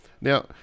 Now